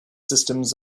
systems